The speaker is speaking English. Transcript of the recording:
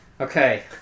Okay